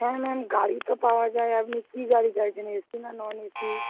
হ্যাঁ ম্যাম গাড়ি তো পাওয়া যায় আপনি কি গাড়ি চাইছেন এসি না নন এসি